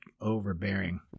overbearing